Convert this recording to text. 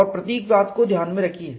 और प्रतीकवाद को ध्यान में रखिए